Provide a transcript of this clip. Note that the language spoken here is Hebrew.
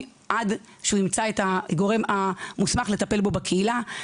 עד שהוא ימצא את הגורם המוסמך לטפל בו בקהילה.